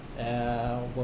uh